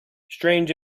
strange